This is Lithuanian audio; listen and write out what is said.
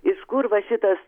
iš kur va šitas